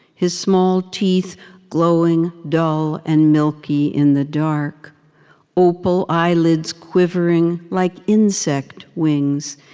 his small teeth glowing dull and milky in the dark opal eyelids quivering like insect wings,